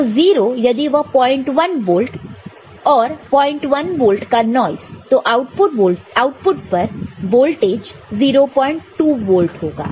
तो 0 यदि वह 01 वोल्ट और 01 वोल्ट का नॉइस तो आउटपुट पर वोल्टेज 02 वोल्ट होगा